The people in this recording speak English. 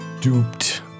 duped